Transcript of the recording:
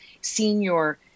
senior